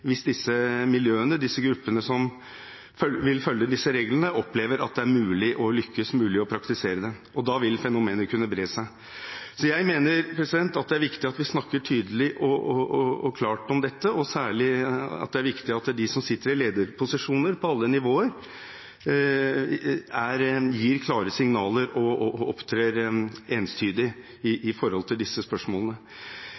hvis disse miljøene, disse gruppene, som vil følge disse reglene, opplever at det er mulig å lykkes med å praktisere dem, og da vil fenomenet kunne bre seg. Så jeg mener at det er viktig at vi snakker tydelig og klart om dette, og særlig er det viktig at de som sitter i lederposisjoner på alle nivåer, gir klare signaler og opptrer entydig i